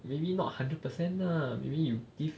maybe not hundred percent lah maybe you give